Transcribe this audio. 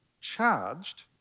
charged